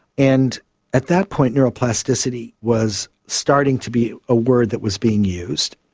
and at that point neuroplasticity was starting to be a word that was being used,